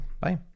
Bye